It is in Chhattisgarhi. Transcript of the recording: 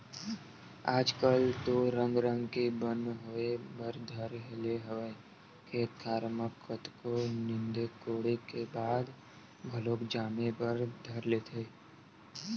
आजकल तो रंग रंग के बन होय बर धर ले हवय खेत खार म कतको नींदे कोड़े के बाद घलोक जामे बर धर लेथे